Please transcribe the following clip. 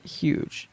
huge